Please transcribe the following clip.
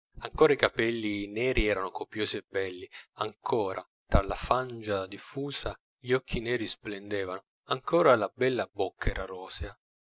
ancora i capelli neri erano copiosi e belli ancora tra la frangia diffusa gli occhi neri splendevano ancora la bella bocca era rosea